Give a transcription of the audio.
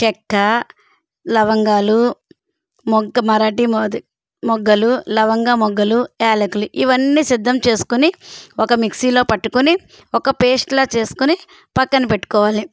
చెక్కా లవంగాలు మొగ్గ మరాఠీ మొగ్గలు లవంగ మొగ్గలు యాలకలు ఇవన్నీ సిద్ధం చేసుకొని ఒక మిక్సీలో పట్టుకొని ఒక పేస్టులా చేసుకుని పక్కన పెట్టుకోవాలి